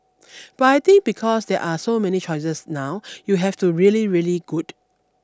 but I think because there are so many choices now you have to really really good